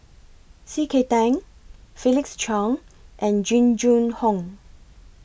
C K Tang Felix Cheong and Jing Jun Hong